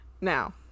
now